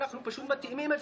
כולם ביחד.